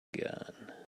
gun